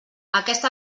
aquest